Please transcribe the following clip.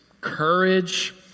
courage